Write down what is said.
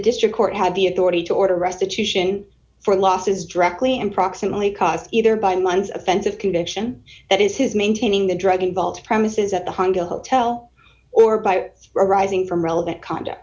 district court had the authority to order restitution for losses directly and proximately caused either by months of offensive conviction that is his maintaining the drug involved premises at the hunger hotel or by arising from relevant conduct